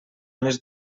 més